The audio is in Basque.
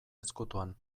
ezkutuan